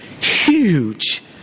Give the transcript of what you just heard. huge